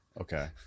Okay